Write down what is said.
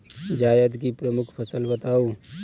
जायद की प्रमुख फसल बताओ